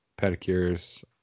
pedicures